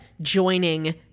joining